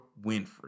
Winfrey